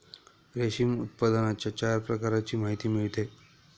रेशीम उत्पादनाच्या चार प्रकारांची माहिती मिळते